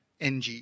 NG